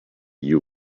you